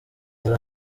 dore